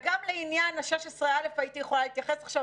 וגם לעניין ה-16א הייתי יכולה להתייחס עכשיו,